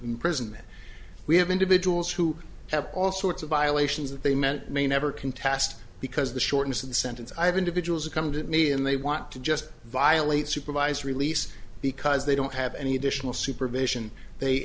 imprisonment we have individuals who have all sorts of violations that they meant may never contest because the shortness of the sentence i have individuals come to me and they want to just violate supervised release because they don't have any additional supervision they